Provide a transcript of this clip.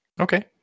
Okay